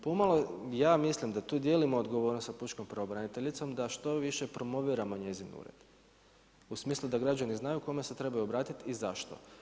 Pomalo ja mislim da tu dijelimo odgovornost sa pučkom pravobraniteljicom da što više promoviramo njezin ured u smislu da građani znaju kome se trebaju obratiti i zašto.